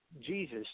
Jesus